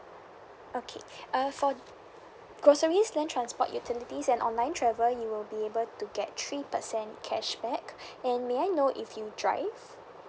okay uh for groceries land transport utilities and online travel you will be able to get three percent cashback and may I know if you drive